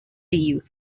youth